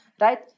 right